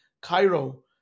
Cairo